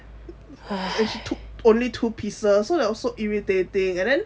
and she took only two pieces so it was so irritating and then